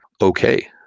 okay